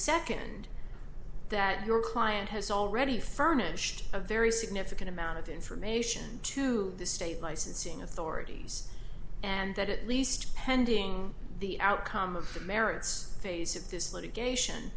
nd that your client has already furnished a very significant amount of information to the state licensing authorities and that at least pending the outcome of the merits phase of this litigation